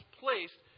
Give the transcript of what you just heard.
placed